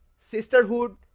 Sisterhood